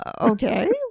Okay